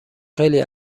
خیلی